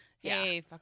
Hey